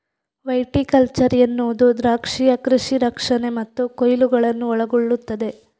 viticulture ಎನ್ನುವುದು ದ್ರಾಕ್ಷಿಯ ಕೃಷಿ ರಕ್ಷಣೆ ಮತ್ತು ಕೊಯ್ಲುಗಳನ್ನು ಒಳಗೊಳ್ಳುತ್ತದೆ